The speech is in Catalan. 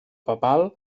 papal